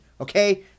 Okay